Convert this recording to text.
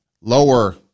lower